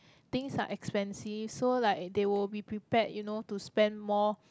things are expensive so like they will be prepared you know to spend more